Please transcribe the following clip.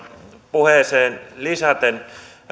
puheeseen lisäten